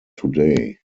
today